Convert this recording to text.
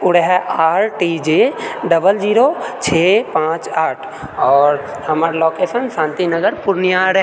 ओ रहै R T J double zero छओ पाँच आठ आओर हमर लोकेशन शान्ति नगर पूर्णियाँ रहै